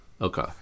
Okay